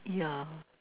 yeah